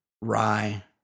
rye